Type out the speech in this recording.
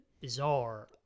bizarre